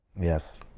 Yes